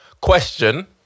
question